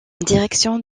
direction